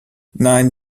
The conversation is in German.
nein